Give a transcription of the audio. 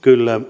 kyllä